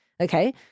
Okay